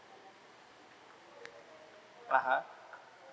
ah ha